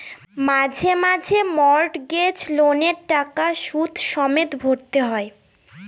মাসে মাসে মর্টগেজ লোনের টাকা সুদ সমেত ভরতে হয়